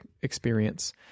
experience